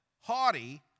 haughty